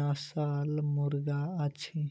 नस्लक मुर्गा अछि